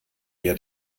wir